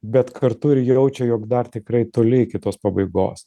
bet kartu ir jaučia jog dar tikrai toli iki tos pabaigos